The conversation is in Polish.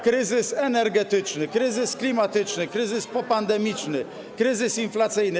Kryzys energetyczny, kryzys klimatyczny, kryzys popandemiczny, kryzys inflacyjny.